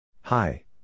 Hi